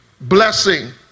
blessing